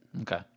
Okay